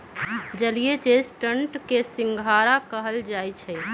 जलीय चेस्टनट के सिंघारा कहल जाई छई